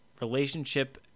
relationship